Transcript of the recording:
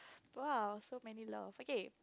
!woah! so many love okay